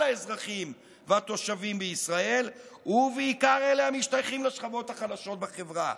האזרחים והתושבים בישראל ובעיקר אלה המשתייכים לשכבות החלשות בחברה".